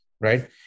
right